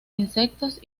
insectos